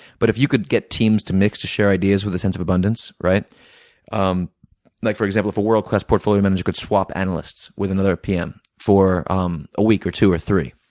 but, if you could get teams to mix to share ideas with a sense of abundance um like for example, if a world-class portfolio manager could swap analysts with another pm for um a week, or two, or three,